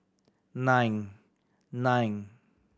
nine nine